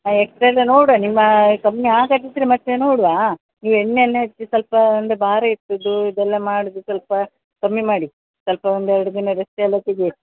ಹಾಂ ಎಕ್ಸ್ರೇ ಎಲ್ಲ ನೋಡುವ ನಿಮ್ಮ ಕಮ್ಮಿ ಆಗದಿದ್ದರೆ ಮತ್ತೆ ನೋಡುವ ನೀವು ಎಣ್ಣೆಯೆಲ್ಲ ಹಚ್ಚಿ ಸ್ವಲ್ಪ ಅಂದರೆ ಭಾರ ಎತ್ತೋದು ಇದೆಲ್ಲ ಮಾಡದೆ ಸ್ವಲ್ಪ ಕಮ್ಮಿ ಮಾಡಿ ಸ್ವಲ್ಪ ಒಂದು ಎರಡು ದಿನ ರೆಸ್ಟೆಲ್ಲ ತೆಗಿರಿ